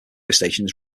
stations